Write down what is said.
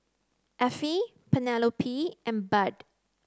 Effie Penelope and Bud